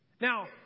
Now